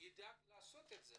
ידאג לעשות את זה.